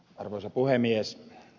arvoisa puhemies